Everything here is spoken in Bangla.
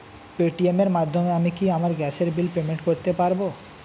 পেটিএম এর মাধ্যমে আমি কি আমার গ্যাসের বিল পেমেন্ট করতে পারব?